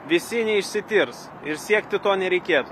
visi neišsitirs ir siekti to nereikėtų